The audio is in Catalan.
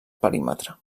perímetre